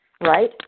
right